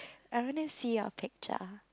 I only see your picture